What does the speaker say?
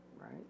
Right